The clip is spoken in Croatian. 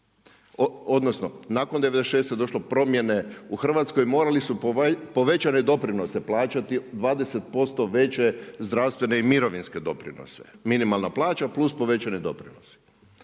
odnosno nakon '96. došlo je do promjene u Hrvatskoj, morali su povećane doprinose plaćati, 20% veće zdravstvene i mirovinske doprinose, minimalna plaća plus povećani doprinosi.